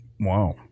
Wow